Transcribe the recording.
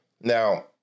Now